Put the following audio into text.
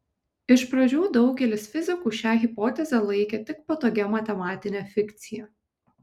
iš pradžių daugelis fizikų šią hipotezę laikė tik patogia matematine fikcija